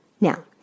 Now